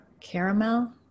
caramel